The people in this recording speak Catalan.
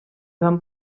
van